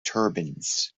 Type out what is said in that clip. turbans